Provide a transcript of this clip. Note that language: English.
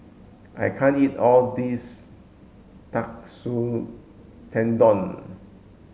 I can't eat all this Katsu Tendon